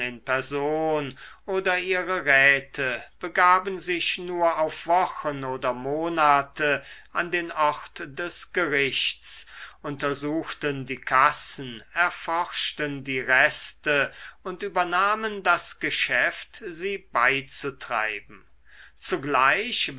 person oder ihre räte begaben sich nur auf wochen oder monate an den ort des gerichts untersuchten die kassen erforschten die reste und übernahmen das geschäft sie beizutreiben zugleich